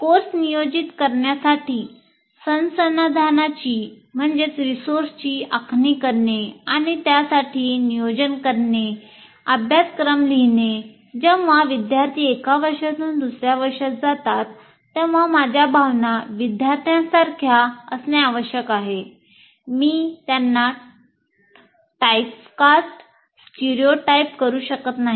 course आयोजित करण्यासाठी संसाधनांची आखणी करणे आणि त्यासाठी नियोजन करणे करू शकत नाही